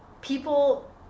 people